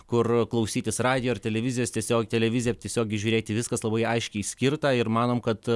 kur klausytis radijo ar televizijos tiesiog televiziją tiesiogiai žiūrėti viskas labai aiškiai skirta ir manom kad